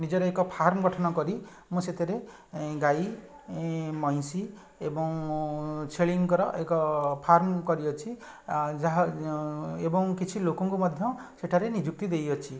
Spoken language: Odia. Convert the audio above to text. ନିଜର ଏକ ଫାର୍ମ ଗଠନ କରି ମୁଁ ସେଥିରେ ଗାଈ ମଇଁଷି ଏବଂ ଛେଳିଙ୍କର ଏକ ଫାର୍ମ କରିଅଛି ଆ ଯାହା ଏବଂ କିଛି ଲୋକଙ୍କୁ ମଧ୍ୟ ସେଠାରେ ନିଯୁକ୍ତି ଦେଇଅଛି